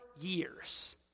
years